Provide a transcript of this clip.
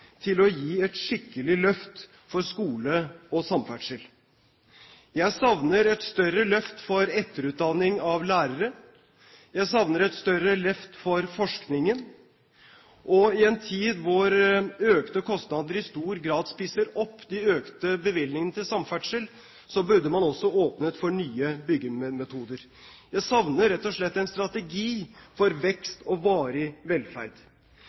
til å gi et skikkelig løft for skole og samferdsel. Jeg savner et større løft for etterutdanning av lærere. Jeg savner et større løft for forskningen. Og i en tid da økte kostnader i stor grad spiser opp de økte bevilgningene til samferdsel, burde man også åpnet for nye byggemetoder. Jeg savner rett og slett en strategi for vekst og varig velferd.